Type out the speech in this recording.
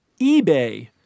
eBay